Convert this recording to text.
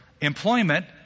employment